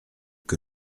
que